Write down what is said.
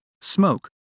smoke